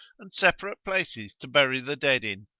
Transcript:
and separate places to bury the dead in,